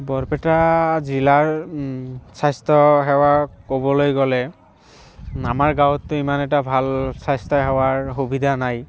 বৰপেটা জিলাৰ স্বাস্থ্য সেৱা ক'বলৈ গ'লে আমাৰ গাঁৱতে ইমান এটা ভাল স্বাস্থ্য সেৱাৰ সুবিধা নাই